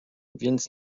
więc